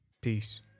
peace